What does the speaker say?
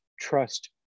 trust